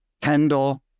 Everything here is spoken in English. Kendall